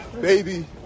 baby